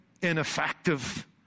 ineffective